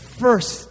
first